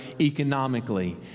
economically